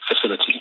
facility